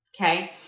Okay